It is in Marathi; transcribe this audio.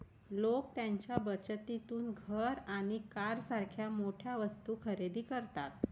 लोक त्यांच्या बचतीतून घर आणि कारसारख्या मोठ्या वस्तू खरेदी करतात